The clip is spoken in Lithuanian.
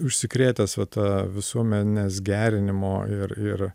užsikrėtęs va ta visuomenės gerinimo ir ir